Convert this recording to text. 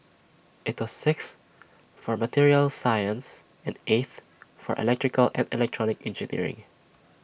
IT was sixth for materials science and eighth for electrical and electronic engineering